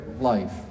life